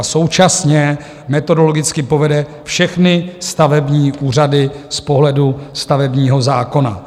Současně metodologicky povede všechny stavební úřady z pohledu stavebního zákona.